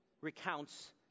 recounts